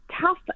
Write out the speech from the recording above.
tough